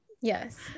Yes